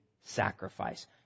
sacrifice